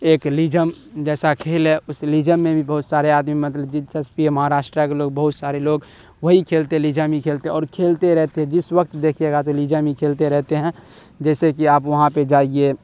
ایک لیجم جیسا کھیل ہے اس لیجم میں بھی بہت سارے آدمی مطلب دلچسپی ہے مہاراشٹر کے لوگ بہت سارے لوگ وہی کھیلتے لیجم ہی کھیلتے اور کھیلتے رہتے ہیں جس وقت دیکھیے گا تو لیجم ہی کھیلتے رہتے ہیں جیسے کہ آپ وہاں پہ جائیے